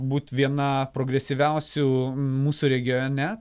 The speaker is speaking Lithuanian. būt viena progresyviausių mūsų regione